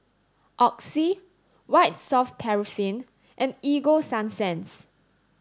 Oxy White soft paraffin and Ego sunsense